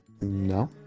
No